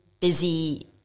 busy